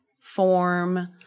form